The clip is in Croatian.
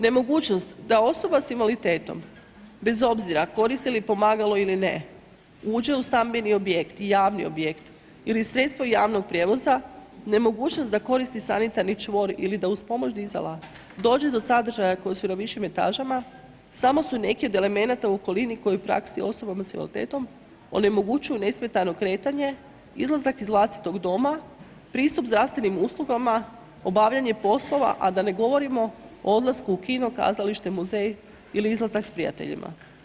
Nemogućnost da osoba s invaliditetom, bez obzira koristi li pomagalo ili ne uđe u stambeni objekt i javni objekt ili sredstvo javnog prijevoza, nemogućnost da koristi sanitarni čvor ili da uz pomoć dizala dođe sadržaja koji su na višim etažama, samo su neki od elemenata u okolini koji u praksi osobama s invaliditetom onemogućuju nesmetano kretanje, izlazak iz vlastitog doma, pristup zdravstvenim uslugama, obavljanje poslova, a da ne govorimo o odlasku u kino, kazalište, muzej ili izlazak s prijateljima.